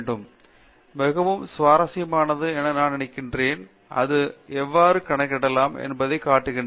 பேராசிரியர் பிரதாப் ஹரிதாஸ் மிகவும் சுவாரசியமானது என நான் நினைக்கிறேன் இது எவ்வாறு கணக்கிடலாம் என்பதைக் காட்டுகிறது